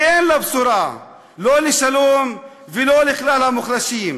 כי אין לה בשורה: לא לשלום ולא לכלל המוחלשים.